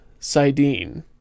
Sidene